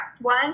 one